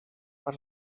per